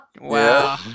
wow